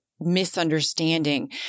misunderstanding